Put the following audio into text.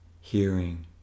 hearing